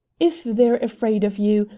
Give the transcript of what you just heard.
if they're afraid of you,